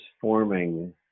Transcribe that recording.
forming